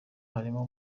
harimo